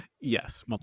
yes